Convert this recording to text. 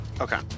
Okay